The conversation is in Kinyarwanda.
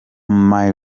miley